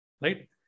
Right